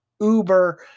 uber